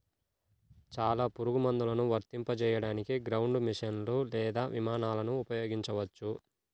చాలా పురుగుమందులను వర్తింపజేయడానికి గ్రౌండ్ మెషీన్లు లేదా విమానాలను ఉపయోగించవచ్చు